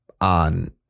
on